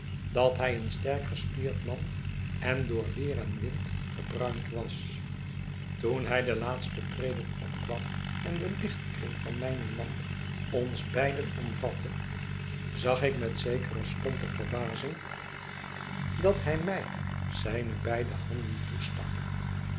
dat hij een sterk gespierd man en door weer en wind gebruind was toen hij de laatste treden opkwam en de lichtkring van mijne lamp ons beiden omvatte zag ik met zekere stompe verbazing dat hij mij zijne beide handen toestak